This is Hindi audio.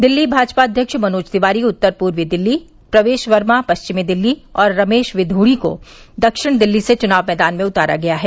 दिल्ली भाजपा अध्यक्ष मनोज तिवारी उत्तर पूर्वी दिल्ली प्रवेश वर्मा पश्चिम दिल्ली और रमेश क्षिण दिल्ली से चुनाव मैदान में उतारा गया है